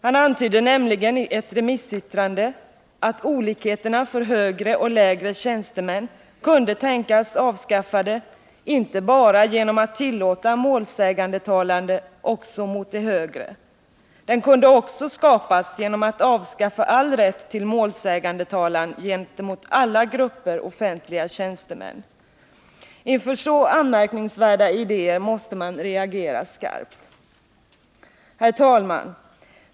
Det antyddes nämligen i ett remissyttrande att olikheterna för högre och lägre tjänstemän kunde tänkas avskaffade inte bara genom att man tillåter målsägandetalan också mot de högre tjänstemännen. Det kunde också ske genom att man avskaffar all rätt till målsägandetalan mot alla grupper av offentliga tjänstemän. Inför så anmärkningsvärda idéer måste man reagera skarpt. Herr talman!